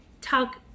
talk